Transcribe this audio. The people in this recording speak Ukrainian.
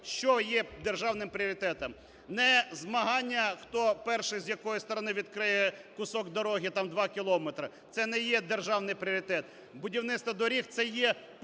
що є державним пріоритетом. Не змагання, хто перший з якої сторони відкриє кусок дороги, там два кілометри, це не є державний пріоритет. Будівництво доріг – це є поточна,